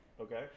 Okay